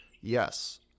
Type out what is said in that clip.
Yes